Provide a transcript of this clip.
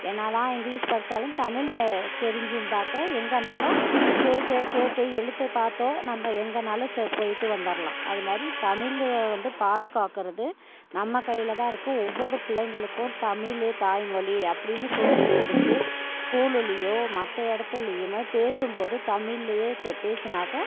என்ன தான் இங்கிலிஷ் படிச்சாலும் தமிழ் தெரிஞ்சுருந்தாக்கா எங்கேனாலும் பேச கேட்ட எழுத்தை பார்த்து நம்ம எங்கேனாலும் போயிட்டு வந்துடலாம் அதுமாதிரி தமிழில் வந்து பாதுகாக்கிறது நம்ம கையில் தான் இருக்குது ஒவ்வொரு பிள்ளைங்களுக்கும் தமிழ் தாய் மொழி அப்படின்னு சொல்லி கொடுத்து ஸ்கூல்லுளையோ மற்ற இடத்துலயுமே பேசும் போது தமிழ்லேயே பேசுனாக்கா